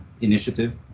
initiative